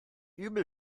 übel